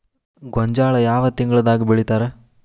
ಗೋಂಜಾಳ ಯಾವ ತಿಂಗಳದಾಗ್ ಬೆಳಿತಾರ?